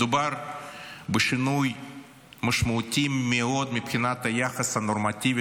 מדובר בשינוי משמעותי מאוד מבחינת היחס הנורמטיבי